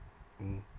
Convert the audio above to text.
mm